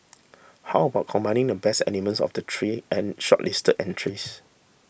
how about combining the best elements of the three and shortlisted entries